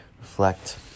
reflect